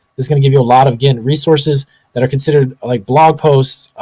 it's gonna give you a lot of, again, resources that are considered like blog posts,